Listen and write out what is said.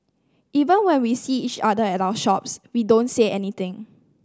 even when we see each other at our shops we don't say anything